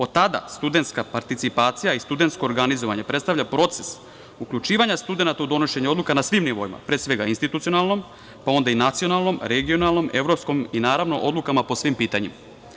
Od tada studentska participacija i studentsko organizovanje predstavlja proces uključivanja studenata u donošenje odluka na svim nivoima, pre svega institucionalnom, pa onda i nacionalnom, regionalnom, evropskom i naravno odlukama po svim pitanjima.